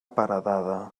paredada